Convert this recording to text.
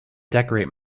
decorate